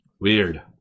Weird